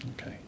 Okay